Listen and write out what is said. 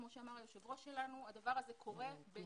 כמו שאמר היושב ראש שלנו, הדבר הזה קורה בשילוב.